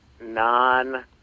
non